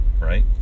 Right